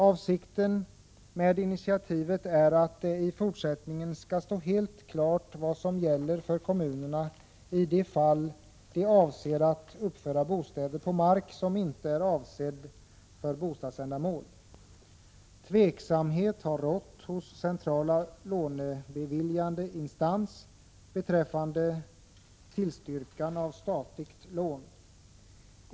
Avsikten med initiativet är att det i fortsättningen skall stå helt klart vad som gäller för kommunerna i de fall de avser att uppföra bostäder på mark som inte är avsedd för bostadsändamål. Tveksamhet har rått hos central lånebeviljande instans beträffande tillstyrkan av statligt lån.